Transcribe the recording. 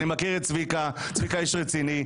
אני מכיר את צביקה, צביקה איש רציני.